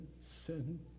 sin